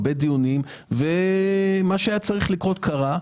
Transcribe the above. הרבה דיונים ומה שהיה צריך לקרות קרה.